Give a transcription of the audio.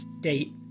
Date